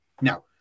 Now